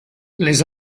les